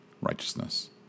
righteousness